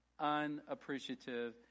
unappreciative